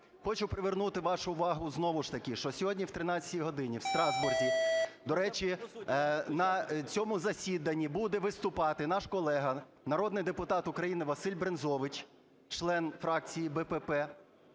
Хочу привернути вашу увагу знову ж таки, що сьогодні о 13-й годині в Страсбурзі, до речі, на цьому засіданні буде виступати наш колега народний депутат України Василь Брензович, член фракції БПП,